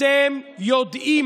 אתם יודעים,